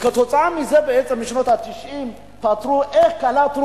וכתוצאה מזה בשנות ה-90 פתרו, וקלטנו